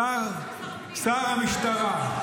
שר המשטרה,